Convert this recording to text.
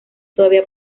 todavía